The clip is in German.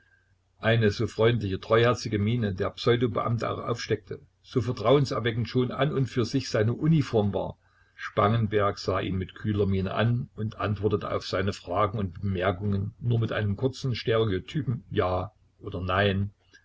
eine so freundliche treuherzige miene der pseudo beamte auch aufsteckte so vertrauenerweckend schon an und für sich seine uniform war spangenberg sah ihn mit kühler miene an und antwortete auf seine fragen und bemerkungen nur mit einem kurzen stereotypen ja oder nein